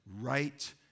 right